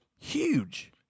huge